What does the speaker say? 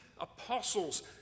apostles